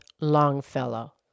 Longfellow